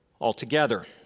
altogether